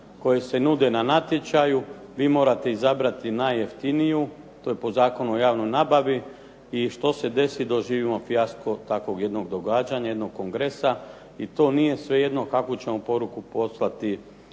koje se nude na natječaju. Vi morate izabrati najjeftiniju to je po Zakonu o javnoj nabavi. I što se desi? Doživimo fijasko takvog jednog događanja, jednog kongresa i to nije svejedno kakvu ćemo poruku poslati